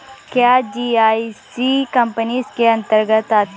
क्या GIC company इसके अन्तर्गत आती है?